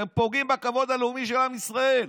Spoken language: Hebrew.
אתם פוגעים בכבוד הלאומי של עם ישראל.